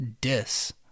dis